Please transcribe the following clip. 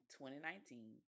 2019